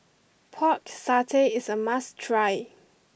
pork satay is a must try